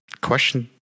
Question